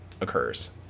occurs